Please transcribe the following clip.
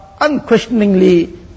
unquestioningly